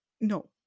No